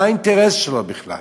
מה האינטרס שלו בכלל?